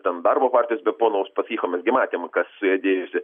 ten darbo partijos be pono uspaskicho mes gi matėm kas dėjosi